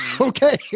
okay